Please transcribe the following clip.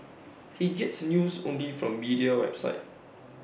he gets news only from media websites